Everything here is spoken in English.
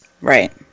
Right